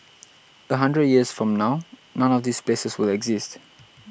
a hundred years from now none of these places will exist